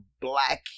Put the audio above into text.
black